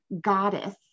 goddess